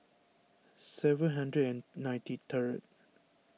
seven hundred and ninety third